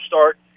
start